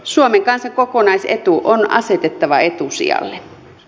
suomen kansan kokonaisetu on asetettava etusijalle